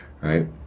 right